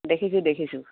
দেখিছোঁ দেখিছোঁ